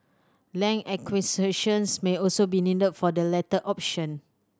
land acquisitions may also be needed for the latter option